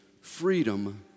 freedom